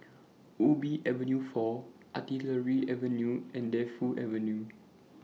Ubi Avenue four Artillery Avenue and Defu Avenue